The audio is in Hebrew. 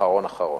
אחרון-אחרון.